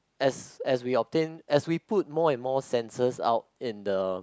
as as we obtain as we put more and more sensors out in the